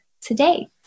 today